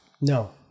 No